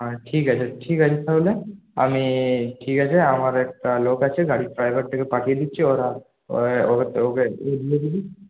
আর ঠিক আছে ঠিক আছে তাহলে আমি ঠিক আছে আমার একটা লোক আছে গাড়ির ড্রাইভারটাকে পাঠিয়ে দিচ্ছি ওরা ওকে দিয়ে দেবেন